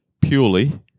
purely